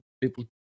people